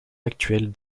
actuelles